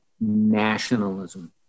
nationalism